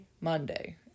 Monday